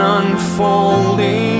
unfolding